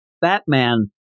Batman